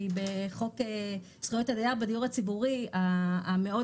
בחוק זכויות הדייר בדיור הציבורי המאוד